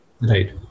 Right